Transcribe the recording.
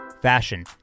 fashion